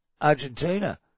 Argentina